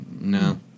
no